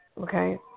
Okay